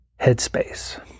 headspace